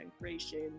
creation